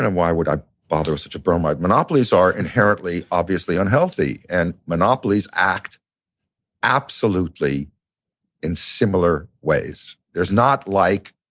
and why would i brother with such a bromide. monopolies are inherently obviously unhealthy. and monopolies act absolutely in similar ways. there's not, like,